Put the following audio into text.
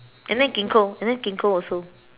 and then ginkgo and then ginkgo also